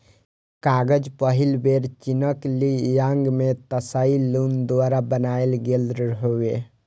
कागज पहिल बेर चीनक ली यांग मे त्साई लुन द्वारा बनाएल गेल रहै